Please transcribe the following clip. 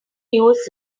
news